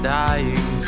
dying